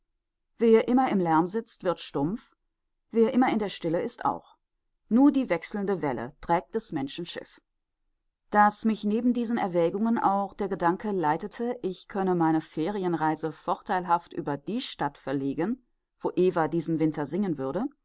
wer immer im lärm sitzt wird stumpf wer immer in der stille ist auch nur die wechselnde welle trägt des menschen schiff daß mich neben diesen erwägungen auch der gedanke leitete ich könne meine ferienreise vorteilhaft über die stadt verlegen wo eva diesen winter singen würde